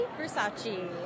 Versace